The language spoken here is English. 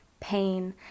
pain